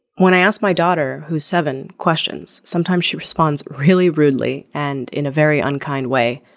when i asked my daughter who's seven questions sometimes she responds really rudely and in a very unkind way.